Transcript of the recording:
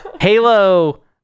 Halo